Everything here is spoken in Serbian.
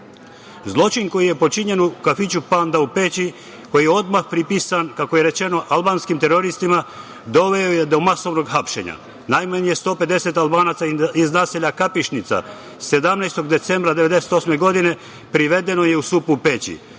Kosovu. Zločin koji je počinjen u kafiću „Panda“ u Peći koji je odmah pripisan, kako je rečeno albanskim teroristima, doveo je do masovnog hapšenja. Najmanje 150 Albanaca iz naselja Kapišnica 17. decembra 1998. godine je privedeno u supu u Peći.